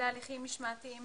להליכים משמעתיים